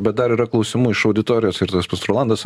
bet dar yra klausimų iš auditorijos ir tas pats rolandas